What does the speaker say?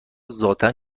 ذاتا